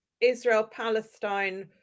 Israel-Palestine